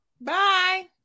Bye